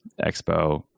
expo